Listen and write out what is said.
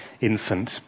infant